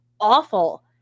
awful